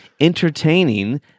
entertaining